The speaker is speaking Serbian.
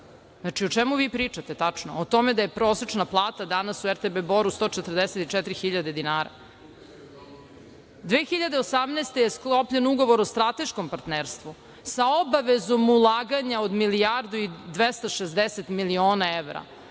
Bora.O čemu vi pričate tačno? O tome da je prosečna plata danas u RTB Boru 144 hiljade dinara. Godine 2018. je sklopljen ugovor o strateškom partnerstvu, sa obavezom ulaganja od milijardu i 260 miliona evra.